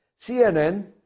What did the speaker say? CNN